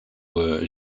were